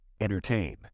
Entertain